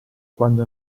quando